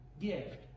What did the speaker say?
gift